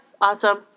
Awesome